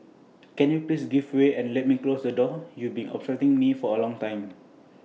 can you please give way and let me close the door you've been obstructing me for A long time